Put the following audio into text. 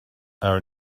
our